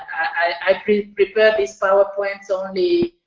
i prepared prepared these power points only